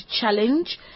Challenge